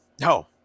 No